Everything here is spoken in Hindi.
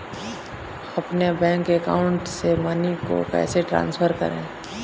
अपने बैंक अकाउंट से मनी कैसे ट्रांसफर करें?